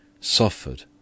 suffered